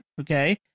okay